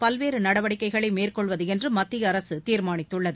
பல்வேறு நடவடிக்கைகளை மேற்கொள்வது என்று மத்திய அரசு தீர்மானித்துள்ளது